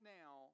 now